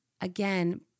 again